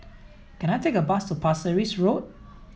can I take a bus to Pasir Ris Road